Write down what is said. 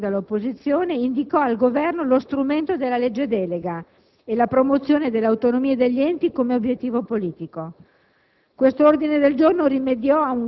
Tale ordine del giorno, condiviso anche dall'opposizione, indica al Governo lo strumento della legge delega e la promozione dell'autonomia degli enti come obiettivo politico.